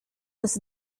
was